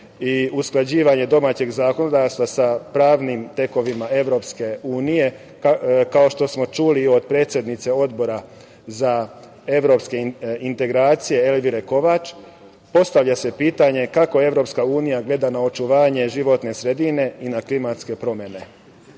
i usklađivanje domaćeg zakonodavstva sa pravnim tekovinama EU, kao što smo čuli od predsednice Odbora za evropske integracije Elvire Kovač, postavlja se pitanje – kako EU gleda na očuvanje životne sredine i na klimatske